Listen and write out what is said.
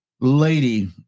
lady